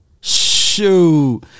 Shoot